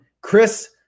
Chris